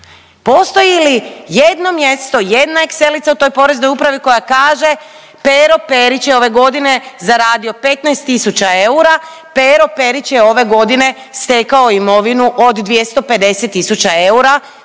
Postoji li jedno mjesto, jedna exelica u toj Poreznoj upravi koja kaže Pero Perić je ove godine zaradio 15 tisuća eura, Pero Perić je ove godine stekao imovinu od 250 tisuća